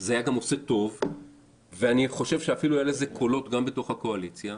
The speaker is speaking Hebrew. זה היה עושה טוב וגם אפילו היו לזה קולות בתוך הקואליציה.